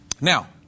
Now